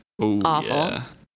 awful